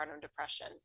depression